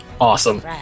Awesome